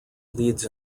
leads